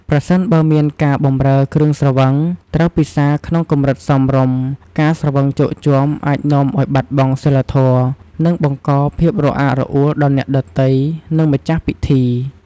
ប្រសិនបើមានការបម្រើគ្រឿងស្រវឹង ត្រូវពិសារក្នុងកម្រិតសមរម្យ ការស្រវឹងជោគជាំអាចនាំឱ្យបាត់បង់សីលធម៌ និងបង្កភាពរអាក់រអួលដល់អ្នកដទៃ និងម្ចាស់ពិធី។